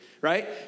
right